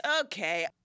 Okay